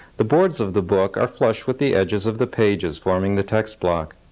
the boards of the book are flush with the edges of the pages, forming the text block.